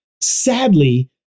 Sadly